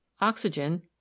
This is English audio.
oxygen